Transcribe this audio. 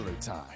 Time